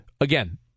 again